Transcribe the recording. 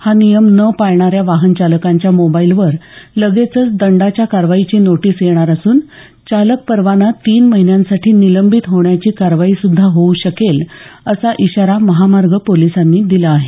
हा नियम न पाळणाऱ्या वाहन चालकांच्या मोबाईलवर लगेचच दंडाच्या कारवाईची नोटीस येणार असून चालक परवाना तीन महिन्यांसाठी निलंबित होण्याची कारवाईसुद्धा होऊ शकेल असा इशारा महामार्ग पोलिसांनी दिला आहे